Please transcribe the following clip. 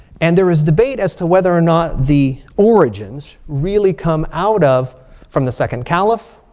and there is debate as to whether or not the origins really come out of from the second caliph.